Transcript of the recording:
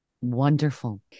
Wonderful